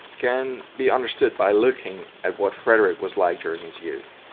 can be understood by looking at what frederick was like during his youth.